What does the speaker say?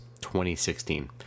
2016